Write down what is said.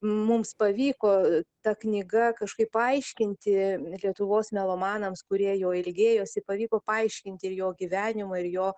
mums pavyko ta knyga kažkaip paaiškinti lietuvos melomanams kurie jo ilgėjosi pavyko paaiškinti ir jo gyvenimą ir jo